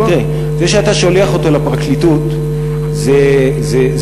אבל תראה: זה שאתה שולח אותו לפרקליטות זה נפלא,